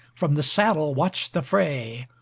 from the saddle watched the fray,